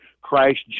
Christ